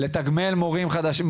לתגמל מורים חדשים,